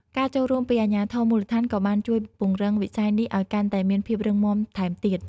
ការចូលរួមពីអាជ្ញាធរមូលដ្ឋានក៏បានជួយពង្រឹងវិស័យនេះឲ្យកាន់តែមានភាពរឹងមាំថែមទៀត។